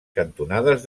cantonades